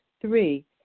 Three